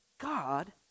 God